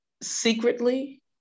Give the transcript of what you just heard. secretly